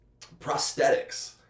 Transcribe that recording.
Prosthetics